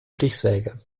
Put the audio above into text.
stichsäge